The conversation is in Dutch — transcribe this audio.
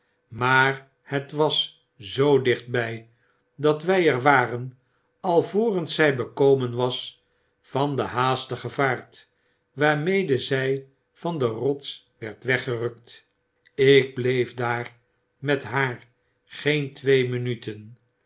maar het was zoo dicht by dat wy er waren alvorens zy bekomen was van de haastige vaart waarmede zy van de rots werd weggerukt ik bleef daar met haar geen twee minuten